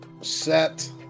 set